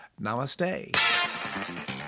Namaste